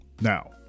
Now